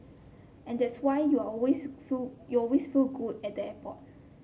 and that's why you always feel you always feel good at the airport